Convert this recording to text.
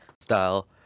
style